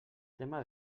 tema